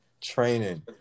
training